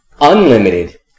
unlimited